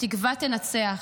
התקווה תנצח.